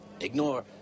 Ignore